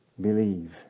believe